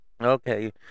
Okay